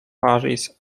paris